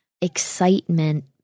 excitement